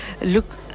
look